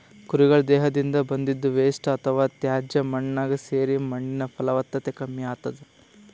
ಕುರಿಗಳ್ ದೇಹದಿಂದ್ ಬಂದಿದ್ದ್ ವೇಸ್ಟ್ ಅಥವಾ ತ್ಯಾಜ್ಯ ಮಣ್ಣಾಗ್ ಸೇರಿ ಮಣ್ಣಿನ್ ಫಲವತ್ತತೆ ಕಮ್ಮಿ ಆತದ್